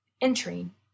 Entering